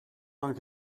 lang